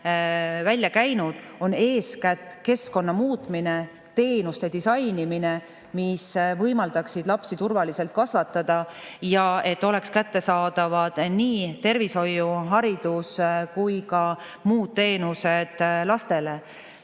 välja käinud, on eeskätt keskkonna muutmine, teenuste disainimine, mis võimaldaksid lapsi turvaliselt kasvatada ja et oleksid kättesaadavad nii tervishoiu‑, haridus‑ kui ka muud lastele